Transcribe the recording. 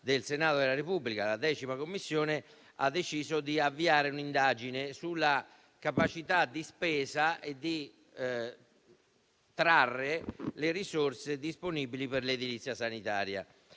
del Senato della Repubblica ha deciso di avviare un'indagine sulla capacità di spesa e di trarre le risorse disponibili per l'edilizia sanitaria.